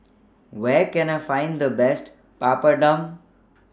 Where Can I Find The Best Papadum